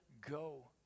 go